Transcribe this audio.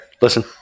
Listen